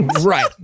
Right